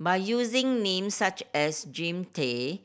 by using names such as Jean Tay